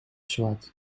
zwart